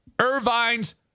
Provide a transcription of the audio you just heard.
Irvine's